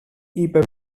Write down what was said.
είπε